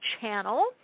channel